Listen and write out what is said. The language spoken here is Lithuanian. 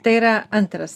tai yra antras